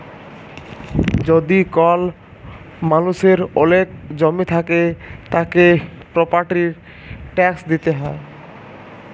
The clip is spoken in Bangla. যদি কল মালুষের ওলেক জমি থাক্যে, তাকে প্রপার্টির ট্যাক্স দিতে হ্যয়